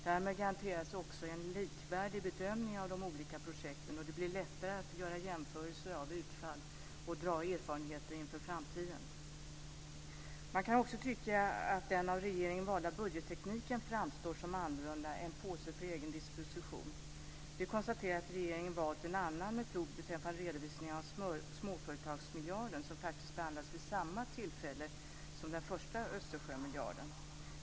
Därmed garanteras också en likvärdig bedömning av de olika projekten, och det blir lättare att göra jämförelser av utfall och dra lärdomar inför framtiden. Man kan också tycka att den av regeringen valda budgettekniken framstår som annorlunda - en påse för egen disposition. Vi konstaterar att regeringen valt en annan metod att redovisa småföretagsmiljarden, som faktiskt behandlades vid samma tillfälle som den första Östersjömiljarden.